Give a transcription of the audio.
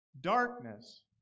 Darkness